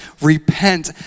repent